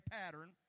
pattern